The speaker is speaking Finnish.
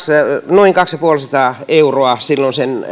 noin kaksisataaviisikymmentä euroa sen